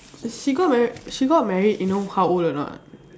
she got married she got married you know how old or not